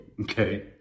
Okay